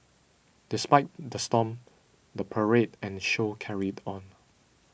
despite the storm the parade and show carried on